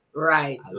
Right